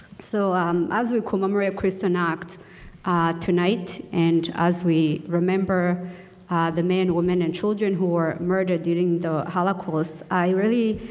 so um as we commemorate kristallnacht tonight. and as we remember the men, women, and children who were murdered during the holocaust. i really